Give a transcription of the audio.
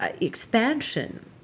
expansion